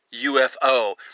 UFO